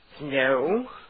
no